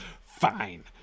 Fine